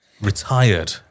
retired